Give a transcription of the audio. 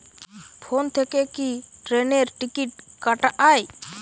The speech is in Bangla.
ফোন থেকে কি ট্রেনের টিকিট কাটা য়ায়?